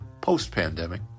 post-pandemic